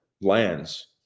lands